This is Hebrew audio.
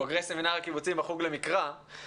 בוגרי סמינר הקיבוצים בחוג למקרא,